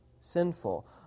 sinful